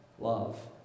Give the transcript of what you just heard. love